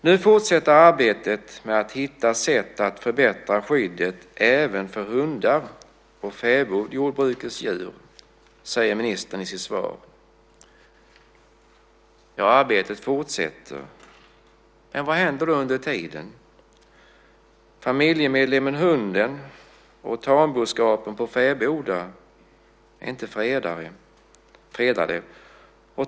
Nu fortsätter arbetet med att hitta sätt att förbättra skyddet även för hundar och fäbodjordbrukets djur, säger ministern i sitt svar. Ja, arbetet fortsätter. Men vad händer då under tiden? Familjemedlemmen hunden och tamboskapen på fäbodar är inte fredade.